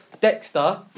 Dexter